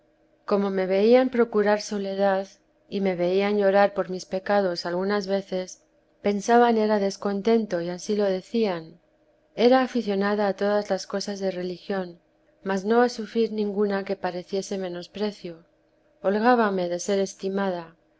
como me veían procurar soledad y me veían llorar por mis pecados algunas veces pensaban era descontento y ansí lo decían era aficionada a todas las cosas de religión mas no a sufrir ninguna que pareciese menosprecio holgábame de ser estimada